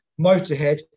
Motorhead